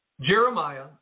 Jeremiah